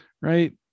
right